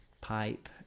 pipe